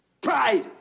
Pride